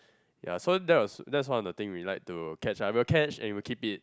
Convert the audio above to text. ya so that was that is one of the thing we like to catch ah we would catch and we would keep it